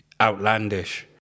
outlandish